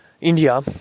India